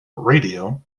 radio